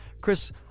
Chris